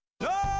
No